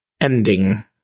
ending